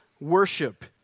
worship